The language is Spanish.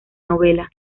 novela